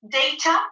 data